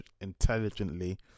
intelligently